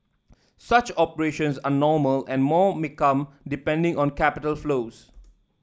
such operations are normal and more may come depending on capital flows